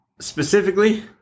specifically